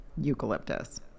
eucalyptus